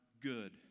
good